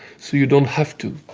so you don't have to.